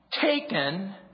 taken